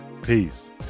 Peace